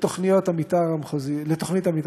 לתוכנית המתאר המחוזית